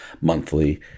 monthly